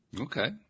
Okay